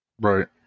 Right